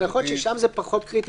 זה נכון ששם זה פחות קריטי,